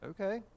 okay